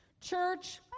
Church